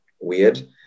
Weird